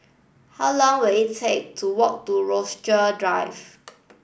how long will it take to walk to Rochester Drive